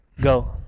Go